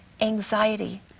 anxiety